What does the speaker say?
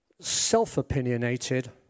self-opinionated